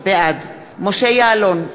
בעד משה יעלון,